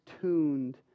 tuned